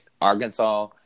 Arkansas